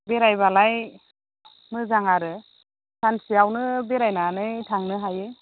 बेरायबालाय मोजां आरो सानसेयावनो बेरायनानै थांनो हायो